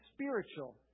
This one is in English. spiritual